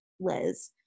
Liz